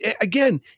again